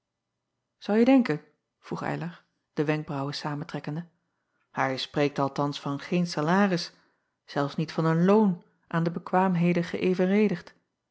krijgen ouje denken vroeg ylar de wenkbraauwen samentrekkende ij spreekt althans van geen salaris zelfs niet van een loon aan de bekwaamheden